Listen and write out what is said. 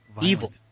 evil